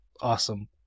Awesome